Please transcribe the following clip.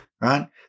right